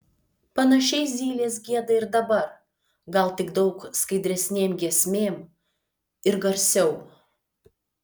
panašiai zylės gieda ir dabar gal tik daug skaidresnėm giesmėm ir garsiau